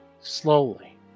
Slowly